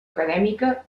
acadèmica